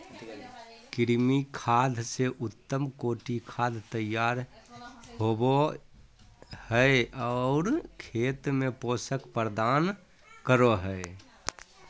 कृमि खाद से उत्तम कोटि खाद तैयार होबो हइ और खेत में पोषक प्रदान करो हइ